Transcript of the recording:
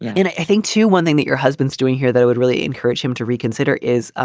and i think, too, one thing that your husband's doing here, though, would really encourage him to reconsider is